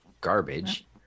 Garbage